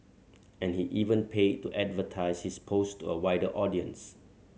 and he even paid to advertise his post to a wider audience